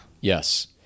Yes